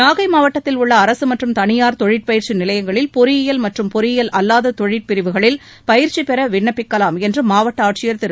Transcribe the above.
நாகை மாவட்டத்தில் உள்ள அரசு மற்றும் தனியார் தொழிற்பயிற்சி நிலையங்களில் பொறியியல் மற்றும் பொறியியல் அல்லாத தொழிற்பிரிவுகளில் பயிற்சி பெற விண்ணப்பிக்கலாம் என்று மாவட்ட ஆட்சியர் திரு